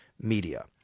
media